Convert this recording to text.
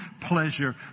pleasure